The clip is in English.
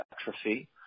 atrophy